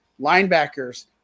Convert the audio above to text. Linebackers